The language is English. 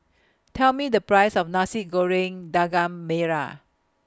Tell Me The Price of Nasi Goreng Daging Merah